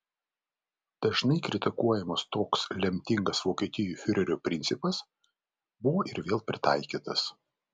dažnai kritikuojamas toks lemtingas vokietijai fiurerio principas buvo ir vėl pritaikytas